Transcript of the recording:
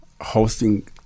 hosting